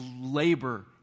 labor